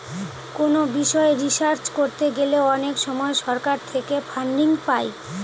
কোনো বিষয় রিসার্চ করতে গেলে অনেক সময় সরকার থেকে ফান্ডিং পাই